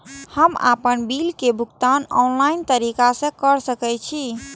हम आपन बिल के भुगतान ऑनलाइन तरीका से कर सके छी?